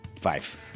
Five